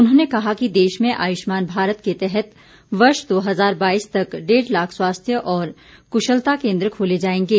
उन्होंने कहा कि देश में आयुष्मान भारत के तहत वर्ष दो हजार बाईस तक डेढ़ लाख स्वास्थ्य और क्शलता केन्द्र खोले जाएंगे